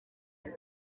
yacu